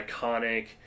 iconic